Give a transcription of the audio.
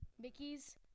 Mickey's